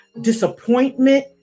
disappointment